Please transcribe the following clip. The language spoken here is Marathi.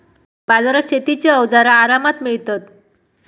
बाजारात शेतीची अवजारा आरामात मिळतत